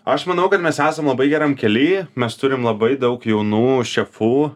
aš manau kad mes esam labai geram kelyje mes turim labai daug jaunų šefų